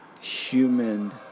human